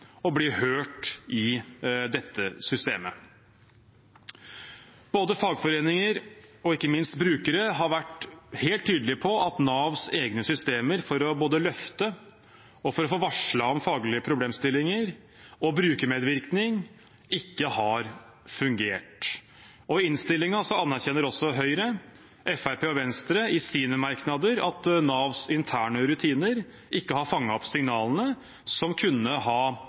hørt i dette systemet. Både fagforeninger og ikke minst brukere har vært helt tydelige på at Navs egne systemer både for å løfte og for å få varslet om faglige problemstillinger og brukermedvirkning ikke har fungert. I innstillingen anerkjenner også Høyre, Fremskrittspartiet og Venstre i sine merknader at Navs interne rutiner ikke har fanget opp signalene som kunne ha